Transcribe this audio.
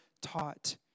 taught